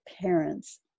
parents